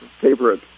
favorite